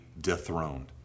dethroned